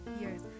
years